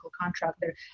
contractor